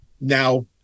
now